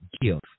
gift